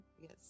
yes